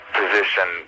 position